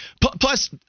Plus